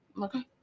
Okay